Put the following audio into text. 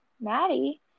Maddie